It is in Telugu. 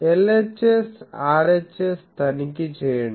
LHS RHS తనిఖీ చేయండి